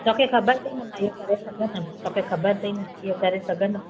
तोखे ख़बर थी न मां इहे करे सघंदमि तोखे ख़बर थी न इहो करे सघंदमि